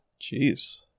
jeez